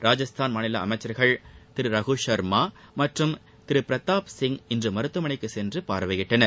ராஜஸ்தான் மாநில அமைச்சர்கள் திரு ரகு ஷர்மா மற்றும் திரு பிரதாப்சிங் இன்று மருத்துவமனைக்குச் சென்று பார்வையிட்டனர்